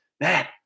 man